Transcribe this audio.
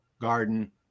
garden